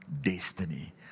destiny